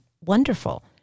wonderful